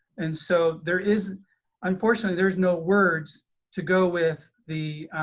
and so there is unfortunately, there's no words to go with the